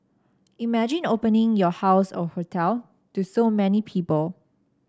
imagine opening your house or hotel to so many people